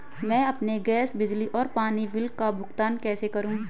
मैं अपने गैस, बिजली और पानी बिल का भुगतान कैसे करूँ?